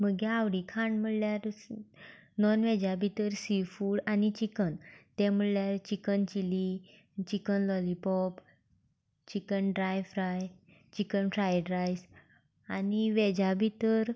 म्हजे आवडीचें खाण म्हणल्यार नॉनवेजा भितर सिफूड आनी चिकन तें म्हणल्यार chicken chilli chicken lollipop chicken dry fry chicken fried rice आनी वॅजा भितर